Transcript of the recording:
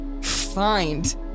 find